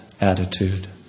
attitude